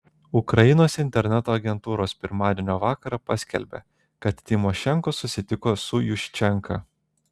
ukrainos interneto agentūros pirmadienio vakarą paskelbė kad tymošenko susitiko su juščenka